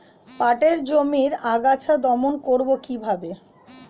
পাটের জমির আগাছা দমন করবো কিভাবে?